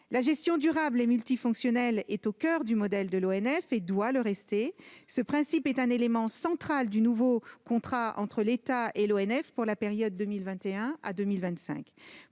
La gestion durable et multifonctionnelle est au coeur du modèle de l'ONF et doit le rester. Ce principe est un élément central du nouveau contrat entre l'État et l'ONF pour la période allant de 2021